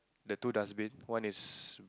the two dustbin one is